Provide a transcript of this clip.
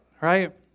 right